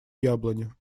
яблони